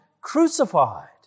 crucified